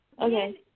Okay